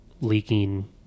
leaking